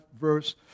verse